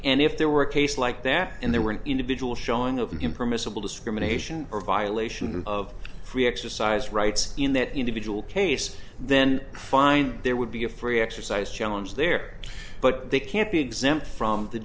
and if there were a case like that and there were an individual showing of impermissible discrimination or violation of free exercise rights in that individual case then fine there would be a free exercise challenge there but they can't be exempt from the